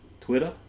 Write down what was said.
Twitter